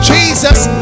Jesus